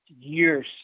years